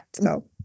no